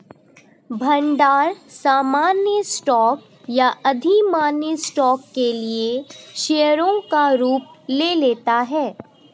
भंडार सामान्य स्टॉक या अधिमान्य स्टॉक के लिए शेयरों का रूप ले लेता है